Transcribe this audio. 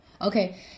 Okay